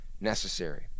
necessary